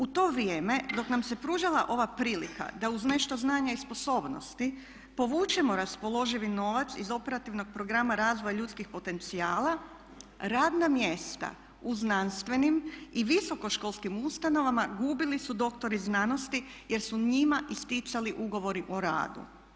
U to vrijeme dok nam se pružala ova prilika da uz nešto znanja i sposobnosti povučemo raspoloživi novac iz operativnog programa razvoja ljudskih potencijala radna mjesta u znanstvenim i visoko školskim ustanovama gubili su doktori znanosti jer su njima isticali ugovori o radu.